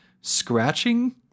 scratching